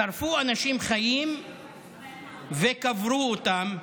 שרפו אנשים חיים וקברו אותם.